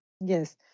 Yes